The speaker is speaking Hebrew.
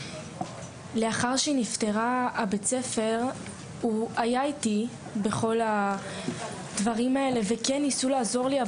לאחר שהיא נפטרה בית הספר היה איתי בכל הדברים האלה וכן ניסו לעזור לי,